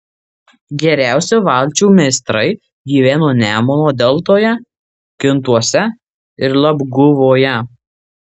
geriausi valčių meistrai gyveno nemuno deltoje kintuose ir labguvoje